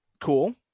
Cool